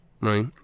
right